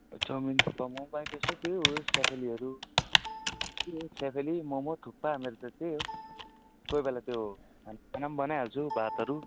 chowmein thukpa मोमोबाहेक त्यही हो सेफालीहरू त्यही हो सेफाली मोमो थक्पा मेरो त त्यही हो कोही बेला त्यो खानासाना पनि बनाइहाल्छु भातहरू